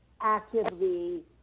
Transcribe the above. actively